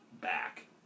back